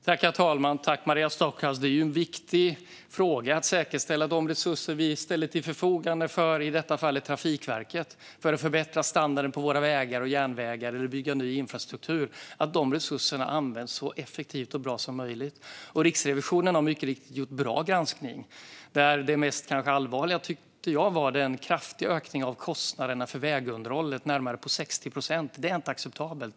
Herr talman! Det är ju viktigt att säkerställa att de resurser vi ställer till förfogande för - i detta fall - Trafikverket för att förbättra standarden på våra vägar och järnvägar samt för att bygga ny infrastruktur används så effektivt och bra som möjligt. Riksrevisionen har mycket riktigt gjort en bra granskning. Det kanske allvarligaste var, tyckte jag, den kraftiga ökningen av kostnaderna för vägunderhållet. Ökningen var närmare 60 procent; det är inte acceptabelt.